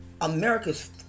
America's